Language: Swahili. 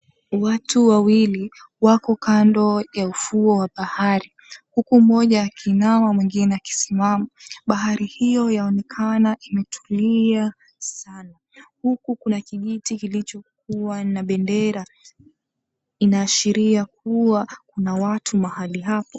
Watu wawili wako kando ya ufuo wa bahari, huku mmoja akinawa wengi akisimama. Bahari hio inaonekana imetulia sana huku kuna kijiti kilichokuwa na bendera ina ashiria kuna watu mahali hapo.